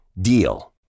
DEAL